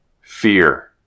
fear